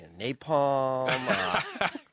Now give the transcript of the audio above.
Napalm